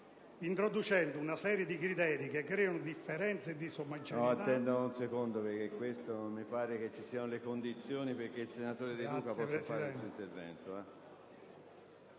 introduce una serie di criteri che creano differenze e disomogeneità